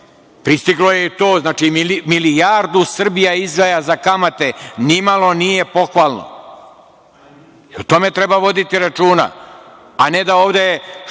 Pristiglo je i to. Znači milijardu Srbija izdvaja za kamate. Nimalo nije pohvalno. O tome treba voditi računa, a ne da ovde